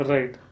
Right